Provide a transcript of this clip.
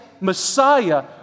Messiah